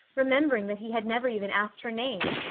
remembering that he had never even asked her name.